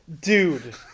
dude